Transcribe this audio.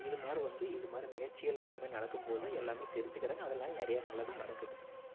இது மாரி வந்து இது மாரி நிகழ்ச்சிகள் எல்லாமே நடக்கும்போது எல்லாமே தெரிஞ்சுக்கிறாங்க அதனால் நிறையா நல்லதும் நடக்குது